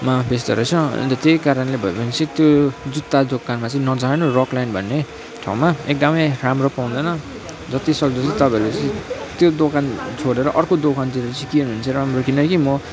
मा बेच्दो रहेछ अन्त त्यहीकारणले भयो भने चाहिँ त्यो जुत्ता दोकनमा चाहिँ नजानु रकल्यान्ड भन्ने ठाउँमा एकदमै राम्रो पाउँदैन जतिसक्दो चाहिँ तपाईँहरू चाहिँ त्यो दोकान छोडेर अर्को दोकानतिर चाहिँ किन्यो भने राम्रो किनकि म